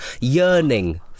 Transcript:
Yearning